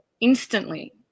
instantly